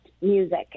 music